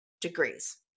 degrees